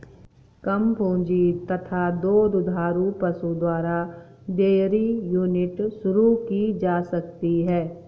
कम पूंजी तथा दो दुधारू पशु द्वारा डेयरी यूनिट शुरू की जा सकती है